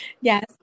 Yes